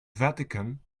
vatican